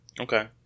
Okay